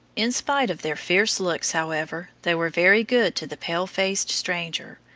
in spite of their fierce looks, however, they were very good to the pale-faced stranger,